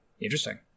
interesting